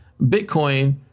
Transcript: Bitcoin